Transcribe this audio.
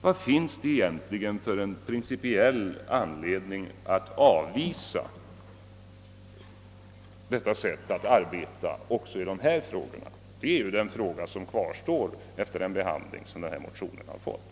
Vad finns det egentligen för principiell anledning att avvisa detta sätt att arbeta också när det gäller dessa frågor? Det är det spörsmålet som kvarstår efter den behandling denna motion har fått.